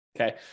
okay